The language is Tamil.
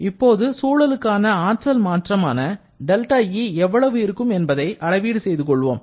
இப்போது சூழலுக்கான ஆற்றல் மாற்றமான δE எவ்வளவு இருக்கும் என்பதை அளவீடு செய்து கொள்வோம்